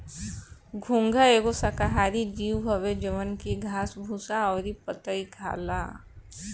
घोंघा एगो शाकाहारी जीव हवे जवन की घास भूसा अउरी पतइ खाला